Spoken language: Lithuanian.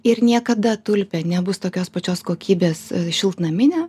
ir niekada tulpė nebus tokios pačios kokybės šiltnaminė